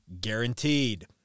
guaranteed